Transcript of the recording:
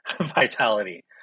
vitality